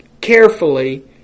carefully